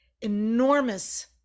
enormous